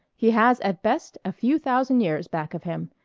he has at best a few thousand years back of him.